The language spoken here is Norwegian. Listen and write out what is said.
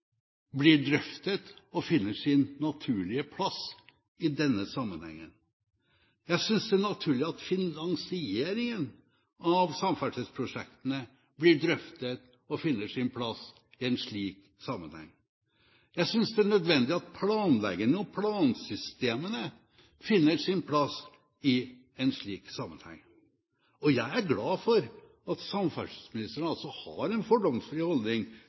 blir drøftet og finner sin naturlige plass i denne sammenhengen. Jeg synes det er naturlig at finansieringen av samferdselsprosjektene blir drøftet og finner sin plass i en slik sammenheng. Jeg synes det er nødvendig at planleggingen og plansystemene finner sin plass i en slik sammenheng. Og jeg er glad for at samferdselsministeren altså har en fordomsfri holdning